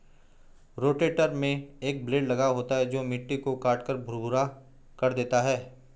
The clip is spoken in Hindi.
रोटेटर में एक ब्लेड लगा होता है जो मिट्टी को काटकर भुरभुरा कर देता है